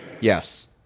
Yes